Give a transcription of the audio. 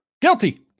Guilty